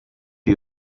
you